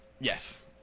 Yes